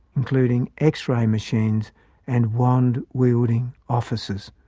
including x-ray machines and wand-wielding officers.